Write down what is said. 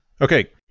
Okay